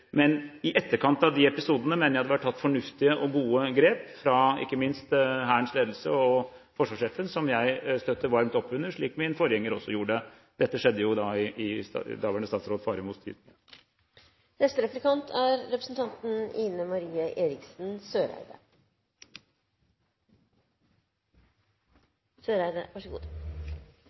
Men i etterkant av de episodene mener jeg det ble tatt fornuftige og gode grep, ikke minst fra Hærens ledelse og forsvarssjefen, som jeg støtter varmt opp under, slik min forgjenger også gjorde. Dette skjedde i daværende statsråd Faremos tid. Jeg kan først bare bekrefte det statsråden sier om medaljeseremoniene. Det er